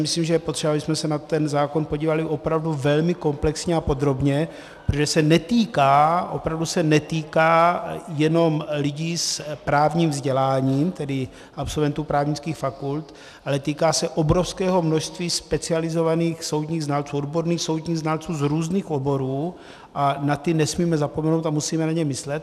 Myslím si, že je potřeba, abychom se na ten zákon podívali opravdu velmi komplexně a podrobně, protože se netýká, opravdu se netýká jenom lidí s právním vzděláním, tedy absolventů právnických fakult, ale týká se obrovského množství specializovaných soudních znalců, odborných soudních znalců z různých oborů, a na ty nesmíme zapomenout a musíme na ně myslet.